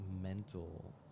mental